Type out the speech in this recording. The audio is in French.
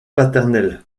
paternel